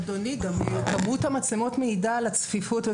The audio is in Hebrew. אדוני, גם כמות המצלמות מעידה על הצפיפות.